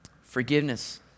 Forgiveness